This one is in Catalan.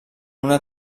una